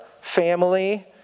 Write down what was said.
family